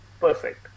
perfect